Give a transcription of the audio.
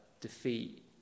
defeat